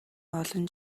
олон